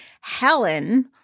Helen